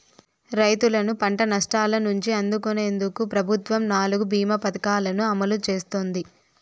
రైతులను పంట నష్టాల నుంచి ఆదుకునేందుకు ప్రభుత్వం నాలుగు భీమ పథకాలను అమలు చేస్తోంది